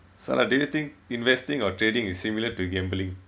sala do you think investing or trading is similar to gambling